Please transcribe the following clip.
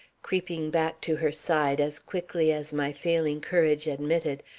creeping back to her side as quickly as my failing courage admitted,